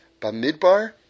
Bamidbar